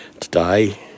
Today